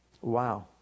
Wow